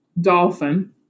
dolphin